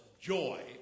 joy